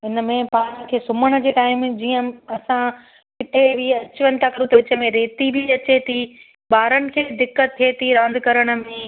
इनमें पाण खे सुम्हिण जे टाएम जीअं असां किथे बि अचु वञु था कयूं त विच में रेती बि अचे थी ॿारनी खे दिक़तु थिए थी रांदि करण में